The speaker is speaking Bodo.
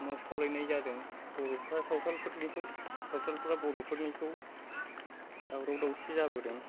न' सावलायनाय जादों बर'फ्रा सावथालफोरनिखौ सावथालफ्रा बर'फोरनिखौ दावराव दावसि जाबोदों